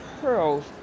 pearls